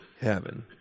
heaven